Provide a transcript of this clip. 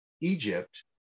Egypt